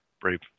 Brave